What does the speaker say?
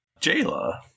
Jayla